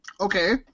Okay